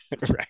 Right